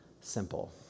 simple